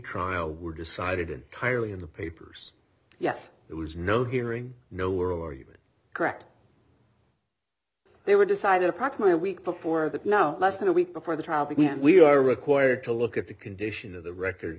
trial were decided in cairo in the papers yes it was no hearing no world are you that correct they were decided approximately a week before that no less than a week before the trial began we are required to look at the condition of the record